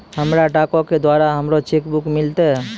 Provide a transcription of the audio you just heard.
हमरा डाको के द्वारा हमरो चेक बुक मिललै